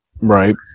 Right